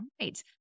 right